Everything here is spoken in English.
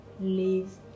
leaves